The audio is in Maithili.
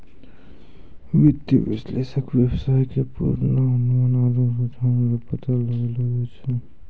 वित्तीय विश्लेषक वेवसाय के पूर्वानुमान आरु रुझान रो पता लगैलो जाय छै